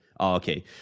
okay